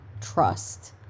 trust